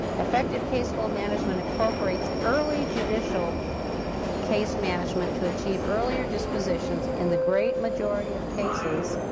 effective caseflow management incorporates early judicial case management to achieve earlier dispositions in the great majority of cases